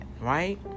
Right